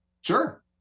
Sure